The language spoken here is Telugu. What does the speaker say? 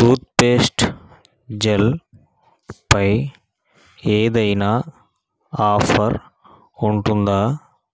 టూత్పేస్ట్ జెల్ పై ఏదైనా ఆఫర్ ఉంటుందా